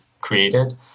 created